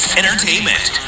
entertainment